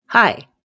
Hi